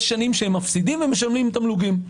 יש שנים שהם מפסידים ומשלמים תמלוגים,